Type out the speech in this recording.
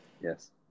Yes